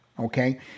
okay